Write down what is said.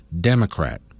Democrat